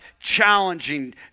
challenging